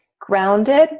grounded